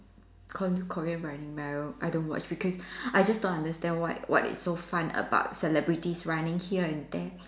Kor~ Korean running man I don't watch because I just don't understand what what it's so fun about celebrities running here and there